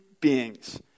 beings